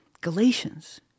Galatians